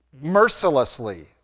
mercilessly